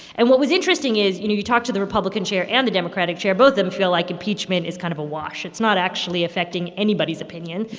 and what was interesting is, you know, you talk to the republican chair and the democratic chair. both of them feel like impeachment is kind of a wash. it's not actually affecting anybody's opinion.